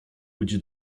być